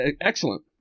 Excellent